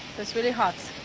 it's really hot.